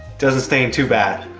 doesn't stay in too bad.